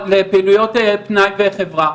לפעילויות פנאי וחברה.